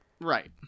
right